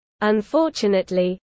Unfortunately